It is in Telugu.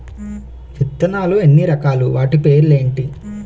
విత్తనాలు ఎన్ని రకాలు, వాటి పేర్లు ఏంటి?